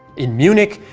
in munich,